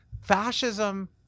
fascism